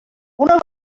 una